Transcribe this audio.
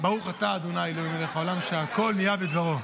ברוך אתה ה' אלוהינו מלך העולם, שהכול נהיה בדברו.